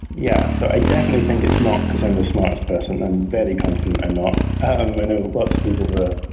yeah. so i definitely think it's not because i'm the smartest person. i'm very confident i'm not. ah um i know lots of people who are,